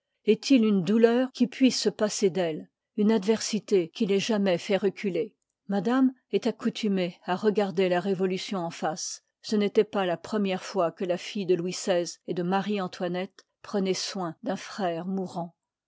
est-il une douleur qui puisse se passer d'elle une adversité qui l'ait jamais fait reculer madame est accoutumée à regarder la révolution en face ce n'étoit paslapremière fois que la fdle de louis xyi et de marie-antoinette prenoit soin d'un frère mourant